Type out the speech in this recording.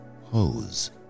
Hose